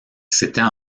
c’était